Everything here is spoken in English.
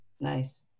Nice